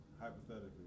hypothetically